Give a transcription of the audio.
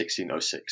1606